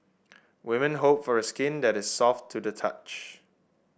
women hope for skin that is soft to the touch